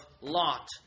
Lot